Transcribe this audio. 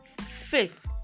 Faith